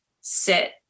sit